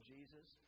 Jesus